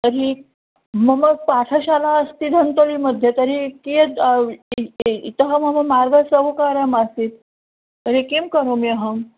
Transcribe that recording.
तर्हि मम पाठशाला अस्ति गन्तव्यमद्य तर्हि कियद् इ इ इतः मम मार्गसौकर्यमस्ति तर्हि किं करोमि अहम्